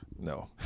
No